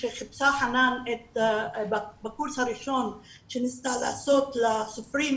כשחיפשה חנאן בקורס הראשון כשהיא ניסתה לעשות לסופרים